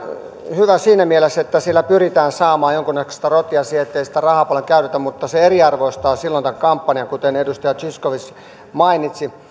hyvä siinä mielessä että sillä pyritään saamaan jonkunnäköistä rotia siihen niin ettei sitä rahaa paljon käytettäisi mutta se eriarvoistaa silloin tämän kampanjan kuten edustaja zyskowicz mainitsi